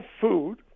food